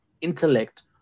intellect